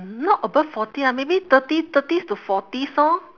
not above forty ah maybe thirty thirties to forties orh